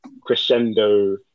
crescendo